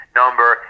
number